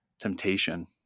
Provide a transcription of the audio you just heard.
temptation